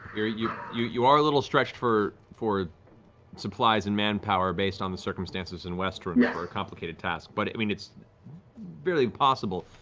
you you are a little stretched for for supplies and manpower based on the circumstances in westruun yeah for a complicated task, but i mean it's fairly possible,